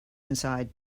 inside